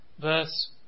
verse